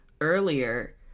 earlier